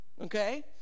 okay